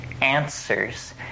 answers